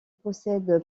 possède